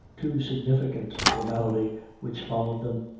too significant of the malady which followed them.